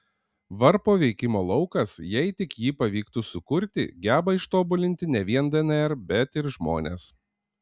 varpo veikimo laukas jei tik jį pavyktų sukurti geba ištobulinti ne vien dnr bet ir žmones